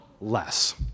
less